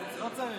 לא צריך.